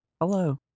Hello